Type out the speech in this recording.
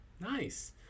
Nice